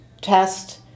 test